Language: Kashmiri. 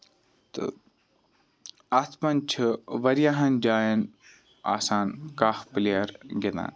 تہٕ اَتھ منٛز چھُ واریاہَن جاین آسان کاہ پِلیر گِندان